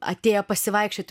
atėję pasivaikščiot